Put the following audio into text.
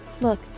Look